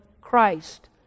Christ